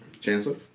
Chancellor